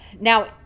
now